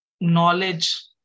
knowledge